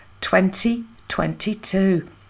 2022